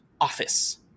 office